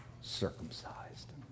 circumcised